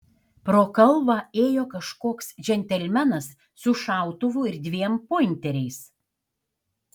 pro kalvą ėjo kažkoks džentelmenas su šautuvu ir dviem pointeriais